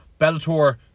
Bellator